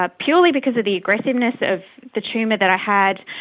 ah purely because of the aggressiveness of the tumour that i had,